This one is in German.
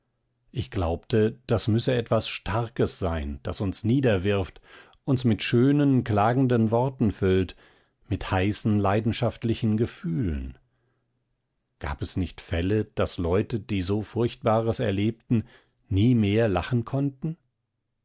ich glaubte das müsse etwas starkes sein das uns niederwirft uns mit schönen klagenden worten füllt mit heißen leidenschaftlichen gefühlen gab es nicht fälle daß leute die so furchtbares erlebten nie mehr lachen konnten